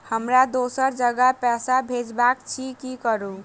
हमरा दोसर जगह पैसा भेजबाक अछि की करू?